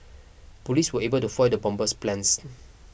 police were able to foil the bomber's plans